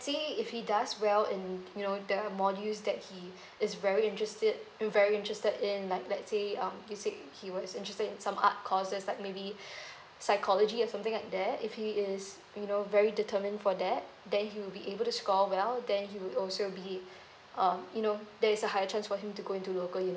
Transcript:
say if he does well in you know the modules that he is very interested very interested in like let's say um you say he was interested in some art courses like maybe psychology or something like that if he is you know very determined for that then he will be able to score well then he would also be um you know there's a high chance for him to go to into local university